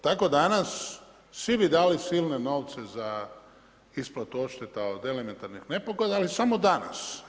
Tako danas, svi bi dali silne novce, za isplatu odšteta od elementarnih nepogoda, ali samo dana.